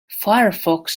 firefox